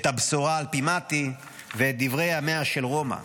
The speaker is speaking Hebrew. את הבשורה על פי מתי ואת דברי ימיה של רומא.